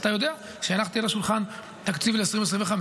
אז אתה יודע שהנחתי על השולחן תקציב 2025,